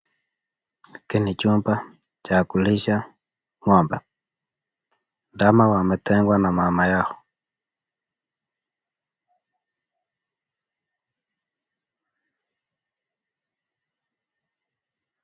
Hiki ni chumba cha kulisha ng'ombe, ndama wametengwa na mama yao.